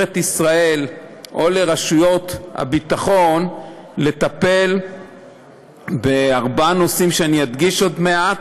ישראל או לרשויות הביטחון לטפל בארבעה נושאים שאני אדגיש עוד מעט,